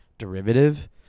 derivative